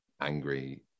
angry